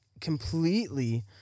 completely